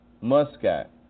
Muscat